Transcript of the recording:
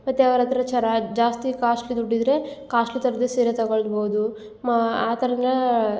ಮತ್ತು ಅವ್ರ ಹತ್ರ ಚೆನ್ನಾಗಿ ಜಾಸ್ತಿ ಕಾಸ್ಟ್ಲಿ ದುಡ್ಡು ಇದ್ದರೆ ಕಾಸ್ಲ್ಟಿ ಥರದು ಸೀರೆ ತಗೊಳ್ಬೋದು ಮ ಆ ಥರನ